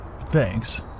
Thanks